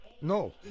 No